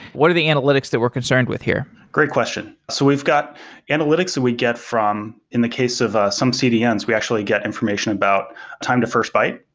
what are the analytics that we're concerned with here? great question. so we've got analytics that we get from in the case of ah some cdns, we actually get information about time to first byte.